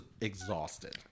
exhausted